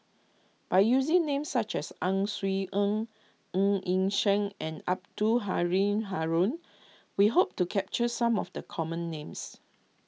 by using names such as Ang Swee Aun Ng Yi Sheng and Abdul Halim Haron we hope to capture some of the common names